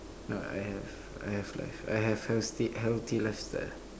no I have I have life I have healthy healthy lifestyle